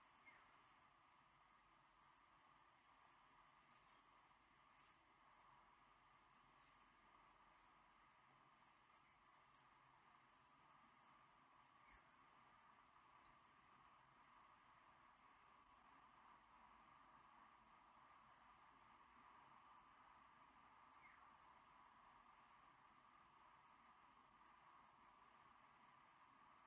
uh yeuh no no no no no